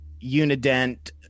unident